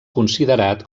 considerat